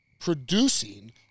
producing